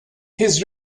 his